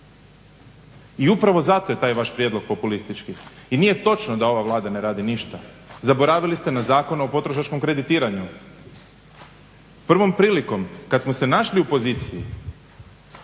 I upravo zato je taj vaš prijedlog populistički. I nije točno da ova Vlada ne radi ništa, zaboravili ste na Zakon o potrošačkom kreditiranju. Prvom prilikom kad smo se našli u poziciji